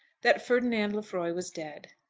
that ferdinand lefroy was dead.